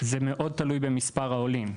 זה מאוד תלוי במספר העולים.